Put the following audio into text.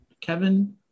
Kevin